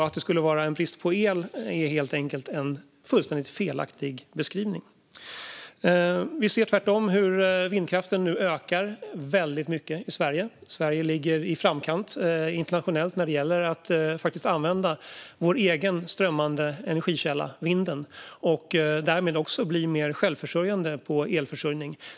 Att det skulle vara brist på el är därför en fullständigt felaktig beskrivning. Vi ser tvärtom hur vindkraften nu ökar väldigt mycket i Sverige. Sverige ligger i framkant internationellt när det gäller att använda vår egen strömmande energikälla vinden och därmed också bli mer självförsörjande på el.